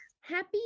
happy